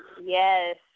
yes